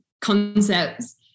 concepts